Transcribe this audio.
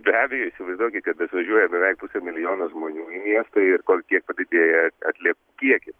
be abejo įsivaizduokite tai atvažiuoja beveik milijonas žmonių į miestą ir kol kiek padidėja atliekų kiekis